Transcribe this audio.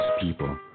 people